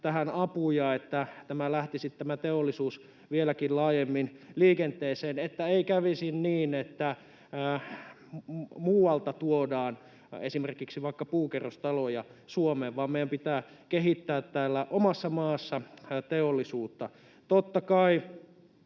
tähän apuja, niin että tämä teollisuus lähtisi vieläkin laajemmin liikenteeseen ja että ei kävisi niin, että muualta tuodaan esimerkiksi vaikka puukerrostaloja Suomeen, vaan meidän pitää kehittää täällä omassa maassa teollisuutta.